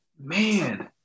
Man